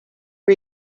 her